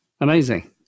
amazing